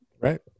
Right